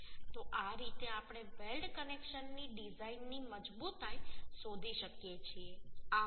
તો આ રીતે આપણે વેલ્ડ કનેક્શનની ડિઝાઇનની મજબૂતાઈ શોધી શકીએ છીએ આભાર